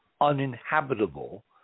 uninhabitable